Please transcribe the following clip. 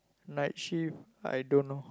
night shift I dunno